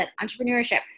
entrepreneurship